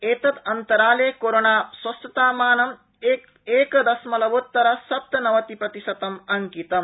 एतदन्तराले कोरोनास्वास्थतामानं एकदशमलवोत्तर सप्तनवति प्रतिशतम् अंकितम्